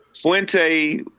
Fuente